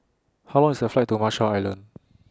How Long IS The Flight to Marshall Islands